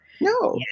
No